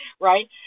right